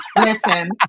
Listen